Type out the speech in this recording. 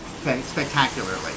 spectacularly